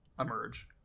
emerge